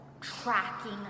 tracking